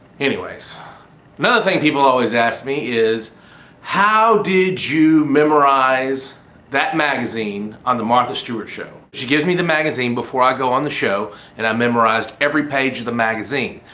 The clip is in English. anyway another thing people always ask me is how did you memorize that magazine on the martha stewart's show? she gave me the magazine before i go on the show and i memorized every page of the magazine.